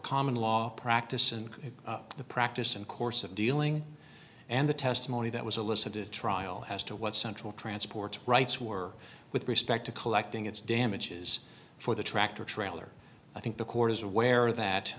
common law practice and the practice and course of dealing and the testimony that was elicited trial as to what central transport rights were with respect to collecting its damages for the tractor trailer i think the court is aware that